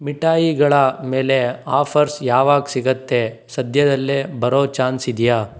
ಮಿಠಾಯಿಗಳ ಮೇಲೆ ಆಫರ್ಸ್ ಯಾವಾಗ ಸಿಗುತ್ತೆ ಸದ್ಯದಲ್ಲೆ ಬರೋ ಚಾನ್ಸ್ ಇದೆಯಾ